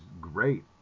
great